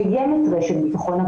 קיימת רשת ביטחון,